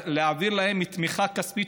תמיכה כספית,